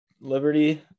Liberty